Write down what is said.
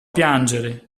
piangere